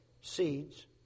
seeds